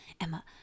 Emma